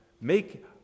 make